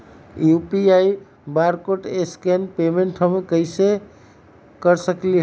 UPI barcode scan payment हम कईसे कर सकली ह?